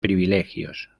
privilegios